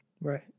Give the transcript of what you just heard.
Right